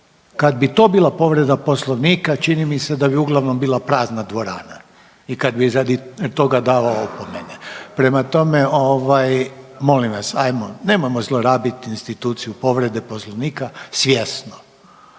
kad bi to bila povreda Poslovnika čini mi se da bi uglavnom bila prazna dvorana i kad bi radi toga davao opomene. Prema tom molim vas, hajmo nemojmo zlorabiti instituciju povrede Poslovnika svjesno.